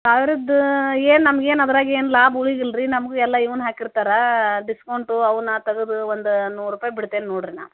ಸಾವಿರದ್ದು ಏನು ನಮ್ಗೆ ಏನು ಅದ್ರಾಗ ಏನು ಲಾಭ ಉಳ್ಯೂದಿಲ್ಲ ರೀ ನಮಗೂ ಎಲ್ಲ ಇವ್ನ ಹಾಕಿರ್ತಾರೆ ಡಿಸ್ಕೌಂಟು ಅವ್ನ ತೆಗ್ದು ಒಂದು ನೂರು ರೂಪಾಯಿ ಬಿಡ್ತೇನೆ ನೋಡಿರಿ ನಾ